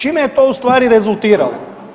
Čime je to u stvari rezultiralo?